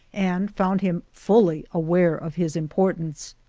and found him fully aware of his importance.